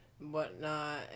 whatnot